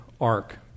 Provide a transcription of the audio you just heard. ark